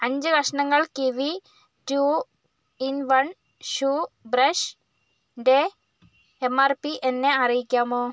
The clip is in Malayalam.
അഞ്ച് കഷണങ്ങൾ Kiwi two in one shoe ബ്രഷിൻറെ എംആർപി എന്നെ അറിയിക്കാമോ